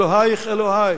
אלוהייך אלוהי.